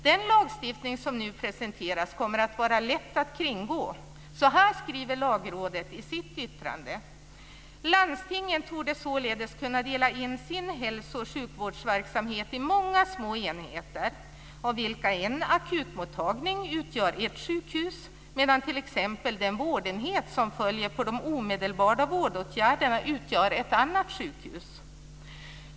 Den lagstiftning som nu presenteras kommer att vara lätt att kringgå. Så här skriver Lagrådet i sitt yttrande: Landstingen torde således kunna dela in sin hälso och sjukvårdsverksamhet i många små enheter av vilka en akutmottagning utgör ett sjukhus medan t.ex. den vårdenhet som följer på de omedelbara vårdåtgärderna utgör ett annat sjukhus.